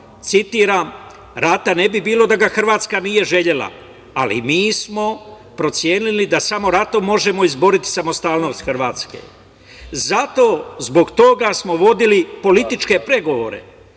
citiram - rata ne bi bilo da ga Hrvatska nije želela, ali mi smo procenili da samo ratom možemo izboriti samostalnost Hrvatske. Zbog toga smo vodili političke pregovore,